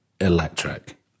electric